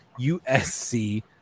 USC